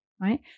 right